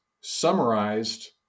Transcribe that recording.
summarized